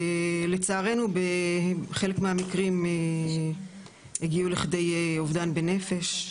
לצערנו, בחלק מהמקרים הגיעו לכדי אובדן בנפש,